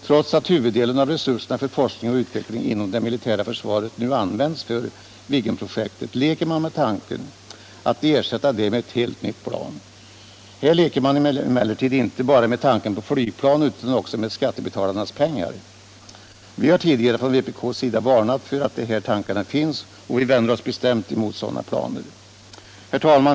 Trots att huvuddelen av resurserna för forskning och utveckling inom det militära försvaret nu använts för Viggenprojektet leker man med tanken att ersätta detta med ett helt nytt plan. Här leker man emellertid inte bara med tanken på flygplan utan också med skattebetalarnas pengar. Vi har tidigare från vpk:s sida varnat för att de här tankarna finns, och vi vänder oss bestämt mot sådana planer. Herr talman!